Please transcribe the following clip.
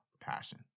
passion